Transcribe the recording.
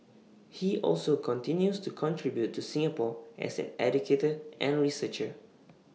he also continues to contribute to Singapore as an educator and researcher